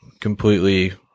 completely